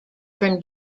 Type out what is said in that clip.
from